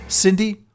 Cindy